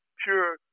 pure